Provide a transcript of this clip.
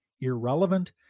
Irrelevant